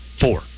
Four